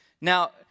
Now